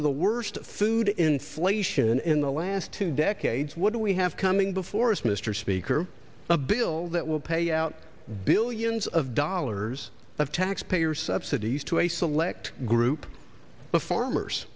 of the worst food inflation in the last two decades what do we have coming before us mr speaker a bill that will pay out billions of dollars of taxpayer subsidies to a select group of farmers